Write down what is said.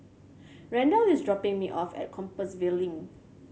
Randell is dropping me off at Compassvale Link